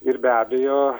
ir be abejo